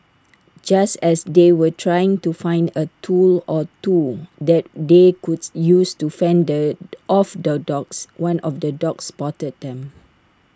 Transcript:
just as they were trying to find A tool or two that they could use to fend the off the dogs one of the dogs spotted them